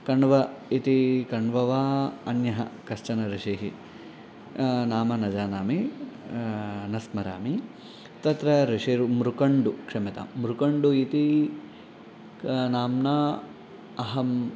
कण्वः इति कण्वः वा अन्यः कश्चनः ऋषिः नाम न जानामि न स्मरामि तत्र ऋषिर्मृकण्डुः क्षम्यतां मृकण्डुः इति नाम्ना अहम्